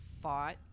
fought